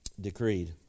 decreed